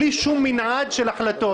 בלי שום מנעד של החלטות.